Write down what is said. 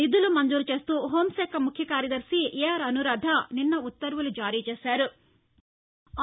నిధులు మంజూరు చేస్తూ హెూంశాఖ ముఖ్యకార్యదర్శి ఏఆర్ అనూరాధ నిన్న ఉత్తర్వులు జారీ చేశారు